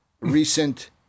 recent